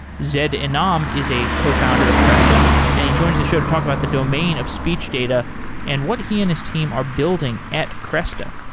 zayd enam is a cofounder of cresta and he joins the show to talk about the domain of speech data and what he and his team are building at cresta.